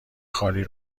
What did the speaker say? خالی